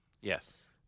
Yes